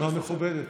רשימה מכובדת.